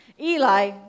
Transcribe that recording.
Eli